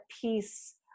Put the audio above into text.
peace